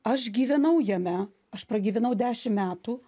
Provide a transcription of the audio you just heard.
aš gyvenau jame aš pragyvenau dešimt metų